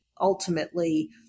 ultimately